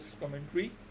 commentary